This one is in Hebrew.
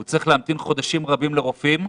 הוא צריך להמתין חודשים רבים לרופאים,